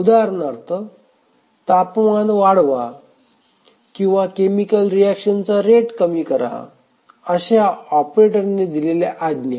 उदाहरणार्थ तापमान वाढवा किंवा केमिकल रिएक्शन चा रेट कमी करा अशा ऑपरेटरने दिलेल्या आज्ञा